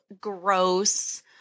gross